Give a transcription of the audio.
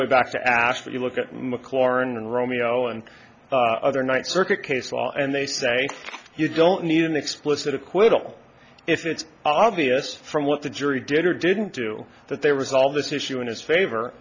way back to ask if you look at mclaurin and romeo and other night circuit case law and they say you don't need an explicit acquittal if it's obvious from what the jury did or didn't do that there was all this issue in his favor